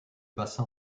bassin